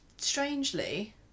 strangely